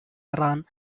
iran